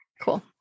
Cool